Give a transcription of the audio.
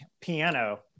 piano